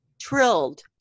Trilled